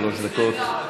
שלוש דקות.